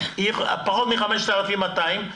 פחות מ-5,200 שקלים,